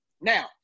Now